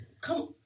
Come